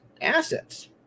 assets